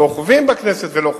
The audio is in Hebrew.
שוכבים בכנסת ולא חוקקו.